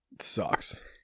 sucks